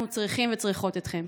אנחנו צריכים וצריכות אתכם.